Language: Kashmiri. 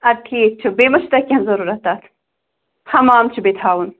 اَدٕ ٹھیٖک چھُ بیٚیہِ ما چھُو تۄہہِ کیٚنٛہہ ضروٗرت تَتھ حمام چھُ بیٚیہِ تھاوُن